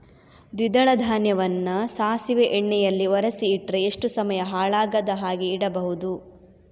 ದ್ವಿದಳ ಧಾನ್ಯವನ್ನ ಸಾಸಿವೆ ಎಣ್ಣೆಯಲ್ಲಿ ಒರಸಿ ಇಟ್ರೆ ಎಷ್ಟು ಸಮಯ ಹಾಳಾಗದ ಹಾಗೆ ಇಡಬಹುದು?